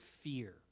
fear